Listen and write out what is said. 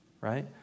right